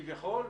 כביכול,